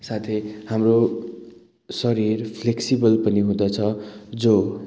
साथै हाम्रो शरीर फ्लेक्सिबल पनि हुँदछ जो